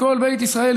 כל בית ישראל,